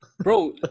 Bro